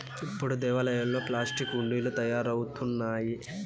ఇప్పుడు దేవాలయాల్లో ప్లాస్టిక్ హుండీలు తయారవుతున్నాయి